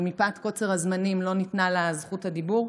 אבל מפאת קוצר הזמנים לא ניתנה לה זכות הדיבור.